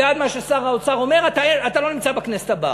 איך הוא מעז לבוא לפה?